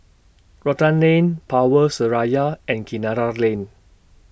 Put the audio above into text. Rotan Lane Power Seraya and Kinara Lane